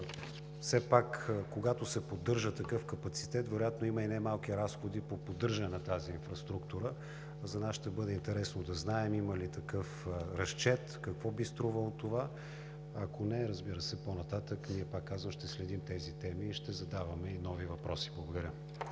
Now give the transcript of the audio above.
все пак, когато се поддържа такъв капацитет, вероятно има и немалки разходи по поддържане на тази инфраструктура. За нас ще бъде интересно да знаем има ли такъв разчет, какво би струвало това? Ако не, разбира се, по-нататък ние ще следим тези теми, ще задаваме и нови въпроси. Благодаря.